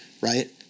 Right